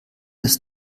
des